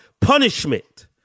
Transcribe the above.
Punishment